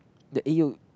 the egg yolk